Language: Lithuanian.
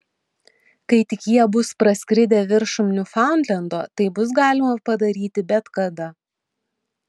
kai tik jie bus praskridę viršum niufaundlendo tai bus galima padaryti bet kada